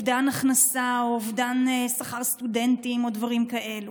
הבעיה היא לא אובדן הכנסה או אובדן שכר סטודנטים או דברים כאלה.